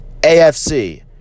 AFC